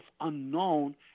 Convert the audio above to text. unknown